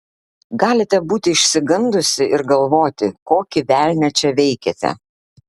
galite būti išsigandusi ir galvoti kokį velnią čia veikiate